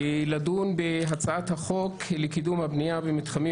נדון היום בהצעת חוק לקידום הבנייה במתחמים